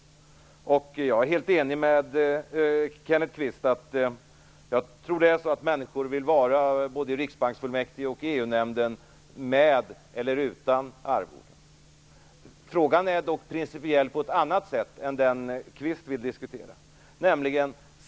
Jag är helt ense med Kenneth Kvist. Jag tror att människor vill vara med både i riksbanksfullmäktige och i EU Frågan är dock principiell på ett annat sätt än som Kvist vill diskutera.